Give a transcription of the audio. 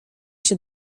się